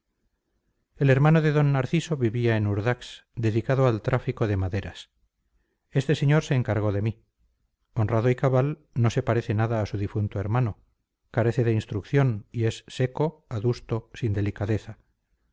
el hermano de d narciso vivía en urdax dedicado al tráfico de maderas este señor se encargó de mí honrado y cabal no se parece nada a su difunto hermano carece de instrucción y es seco adusto sin delicadeza